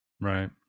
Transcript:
right